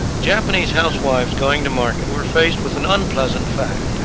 japanese housewives going to market were faced with an unpleasant fact.